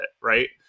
Right